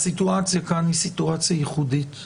הסיטואציה כאן היא ייחודית בהגדרה.